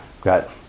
got